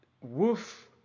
Woof